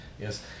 Yes